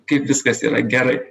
kaip viskas yra gerai